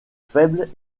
faible